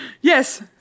yes